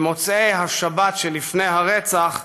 במוצאי השבת שלפני הרצח,